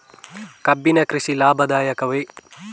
ಕಬ್ಬಿನ ಕೃಷಿ ಲಾಭದಾಯಕವೇ?